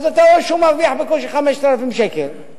אתה רואה שהוא מרוויח בקושי 5,000 שקל,